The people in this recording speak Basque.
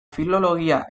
filologia